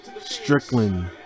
Strickland